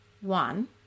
One